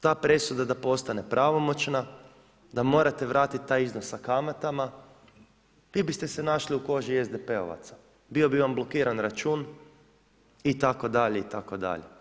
Ta presuda da postane pravomoćna da morate vratiti taj iznos sa kamatama vi biste se našli u koži SDP-a, bio bi vam blokiran račun, itd. itd.